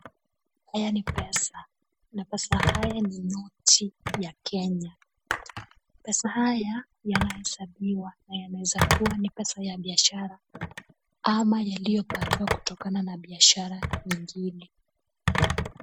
Haya ni pesa, na pesa haya ni noti ya Kenya. Pesa haya yana hesabiwa na yanaweza kuwa ni pesa ya biashara ama iliyopatwa kutokana na biashara nyingine.